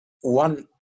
one